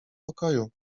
pokoju